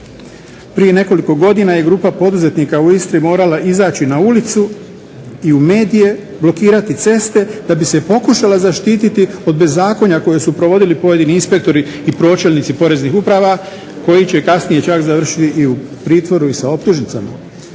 Prije nekoliko godina je grupa poduzetnika u Istri morala izaći na ulicu i u medije, blokirati ceste da bi se pokušala zaštititi od bezakonja koji su provodili pojedini inspektori i pročelnici poreznih uprava koji će kasnije čak završiti i u pritvoru i sa optužnicama.